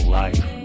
life